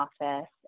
office